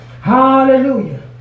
Hallelujah